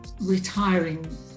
retiring